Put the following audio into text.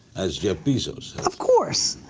as jeff bezos. of course.